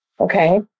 Okay